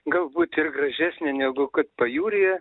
galbūt ir gražesnė negu kad pajūryje